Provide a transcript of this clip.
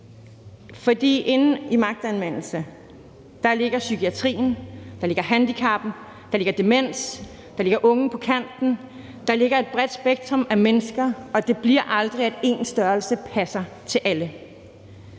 forbindelse med magtanvendelse ligger psykiatrien, der ligger handicap, der ligger demens, der ligger unge på kanten, der ligger et bredt spektrum af mennesker, og det bliver aldrig sådan, at én størrelse passer til alle.